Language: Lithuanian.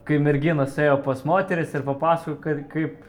kai merginos ėjo pas moteris ir papasakok kad kaip